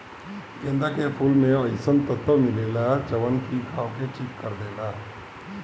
गेंदा के फूल में अइसन तत्व मिलेला जवन की घाव के ठीक कर देला